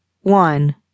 one